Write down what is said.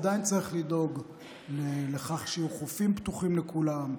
עדיין צריך לדאוג לכך שיהיו חופים פתוחים לכולם,